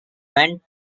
went